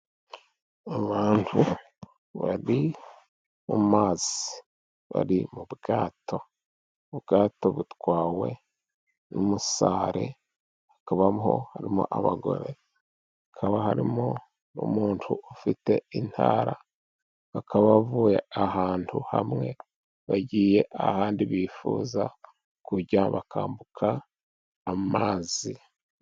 Abantu bari mu mazi. Bari mu bwato, ubwato butwawe n'umusare. Hakaba harimo abagore, hakaba harimo n'umuntu ufite intara. Bakaba bavuye ahantu hamwe bagiye ahandi bifuza kujya, bakambuka amazi.